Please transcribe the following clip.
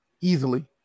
easily